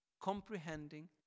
comprehending